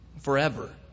forever